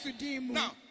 Now